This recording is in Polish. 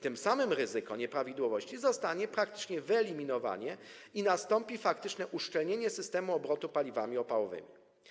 Tym samym ryzyko nieprawidłowości zostanie praktycznie wyeliminowane i nastąpi faktyczne uszczelnienie systemu obrotu paliwami opałowymi.